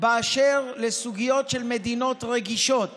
באשר לסוגיות של מדינות רגישות